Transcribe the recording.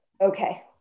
okay